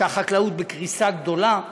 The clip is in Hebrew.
שהחקלאות בקריסה גדולה,